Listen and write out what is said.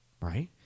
right